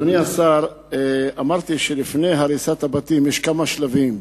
אדוני השר, אמרתי שלפני הריסת בתים יש כמה שלבים.